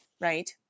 Right